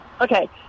Okay